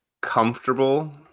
comfortable